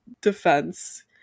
defense